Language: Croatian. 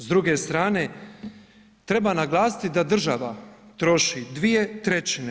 S druge strane treba naglasiti da država troši 2/